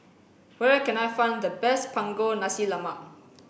where can I find the best Punggol Nasi Lemak